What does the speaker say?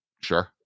sure